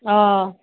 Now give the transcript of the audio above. অঁ